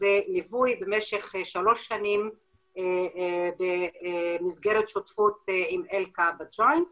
וליווי במשך שלוש שנים במסגרת שותפות עם אלכא בג'וינט.